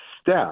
step